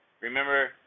remember